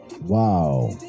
wow